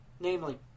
namely